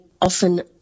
often